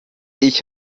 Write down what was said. ich